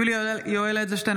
(קוראת בשמות חברי הכנסת) יולי יואל אדלשטיין,